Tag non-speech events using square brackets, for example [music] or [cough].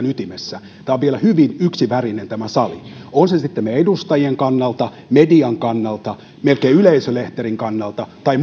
[unintelligible] ytimessä niin tämä sali on vielä hyvin yksivärinen on se sitten meidän edustajien kannalta median kannalta melkein yleisölehterin kannalta tai [unintelligible]